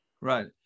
right